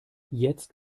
jetzt